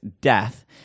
death